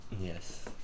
Yes